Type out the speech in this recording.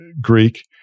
Greek